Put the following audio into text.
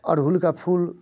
अढ़हूल का फूल